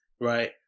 right